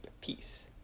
peace